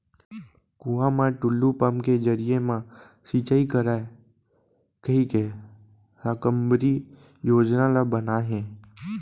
कुँआ म टूल्लू पंप के जरिए म सिंचई करय कहिके साकम्बरी योजना ल बनाए हे